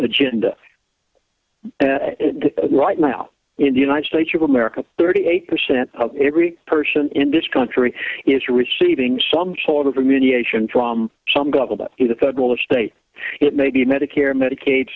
agenda right now in the united states of america thirty eight percent of every person in this country is receiving some sort of a mediation from some government is the federal or state it may be medicare medicaid